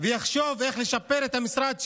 ויחשוב איך לשפר את המשרד שלו.